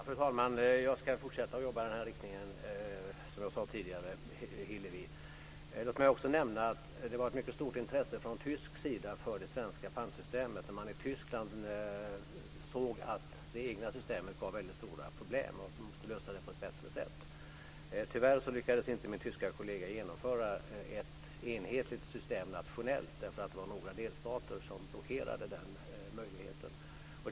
Fru talman! Som jag sade tidigare ska jag fortsätta att jobba i den här riktningen, Hillevi. Låt mig också nämna att det fanns ett mycket stort intresse från tysk sida för det svenska pantsystemet när man i Tyskland såg att det egna systemet gav stora problem och att man måste lösa det hela på ett bättre sätt. Tyvärr lyckades inte min tyska kollega genomföra ett enhetligt system nationellt eftersom några delstater blockerade den möjligheten.